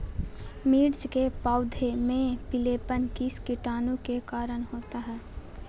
मिर्च के पौधे में पिलेपन किस कीटाणु के कारण होता है?